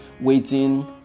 waiting